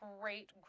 great